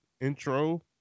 intro